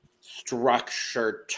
structured